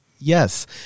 yes